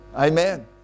Amen